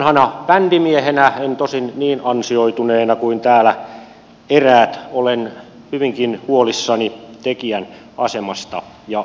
vanhana bändimiehenä en tosin niin ansioituneena kuin täällä eräät olen hyvinkin huolissani tekijän asemasta ja oikeuksista